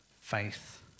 faith